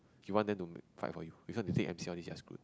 you want them to fight for you because they take M C all those you are screwed